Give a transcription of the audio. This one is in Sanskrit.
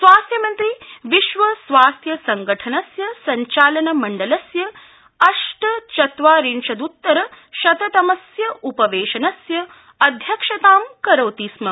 स्वास्थ्यमन्त्री विश्व स्वास्थ्य संघटनस्य संचालन मंडलस्य अष्ट चत्वारिंशदुत्तर शत तमस्य उपवेशनस्य अध्यक्षतां करोति स्म